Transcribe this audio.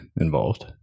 involved